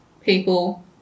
people